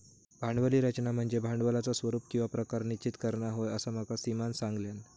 भांडवली रचना म्हनज्ये भांडवलाचा स्वरूप किंवा प्रकार निश्चित करना होय, असा माका सीमानं सांगल्यान